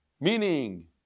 Meaning